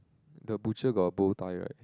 the butcher got a bowtie right